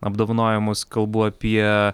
apdovanojimus kalbu apie